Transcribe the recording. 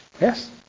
Yes